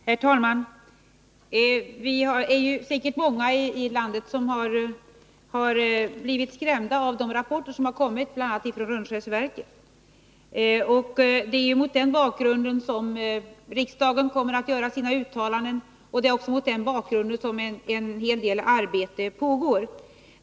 Herr talman! Vi är säkert många i landet som har blivit skrämda av de rapporter som kommit bl.a. från Rönnskärsverken. Det är mot den bakgrunden riksdagen kommer att göra sina uttalanden, och det är också mot den bakgrunden som en hel del arbete pågår på det här området.